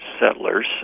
settlers